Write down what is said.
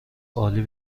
عالی